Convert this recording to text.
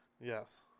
Yes